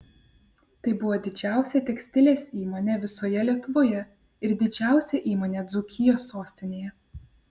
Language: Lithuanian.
tai buvo didžiausia tekstilės įmonė visoje lietuvoje ir didžiausia įmonė dzūkijos sostinėje